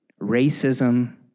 racism